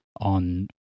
on